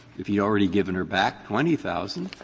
if he'd already given her back twenty thousand,